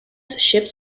ships